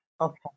okay